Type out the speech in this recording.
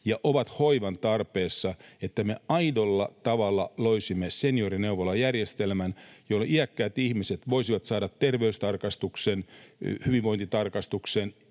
ja ovat hoivan tarpeessa, että me aidolla tavalla loisimme seniorineuvolajärjestelmän, jolloin iäkkäät ihmiset voisivat saada terveystarkastuksen, hyvinvointitarkastuksen